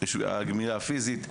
הגמילה הפיזית.